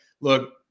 Look